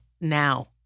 now